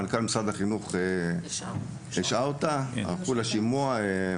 מנכ"ל משרד החינוך הישעה אותה והם הלכו לשימוע.